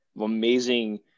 amazing